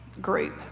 group